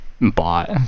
bought